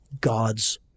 God's